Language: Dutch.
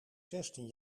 zestien